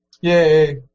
Yay